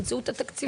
תמצאו את התקציבים.